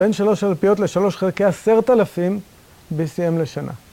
בין שלוש אלפיות לשלוש חלקי עשרת אלפים, בסיים לשנה.